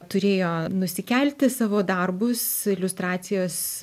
turėjo nusikelti savo darbus iliustracijos